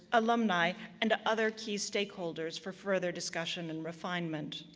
alumni, and other key stakeholders for further discussion and refinement.